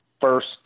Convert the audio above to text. first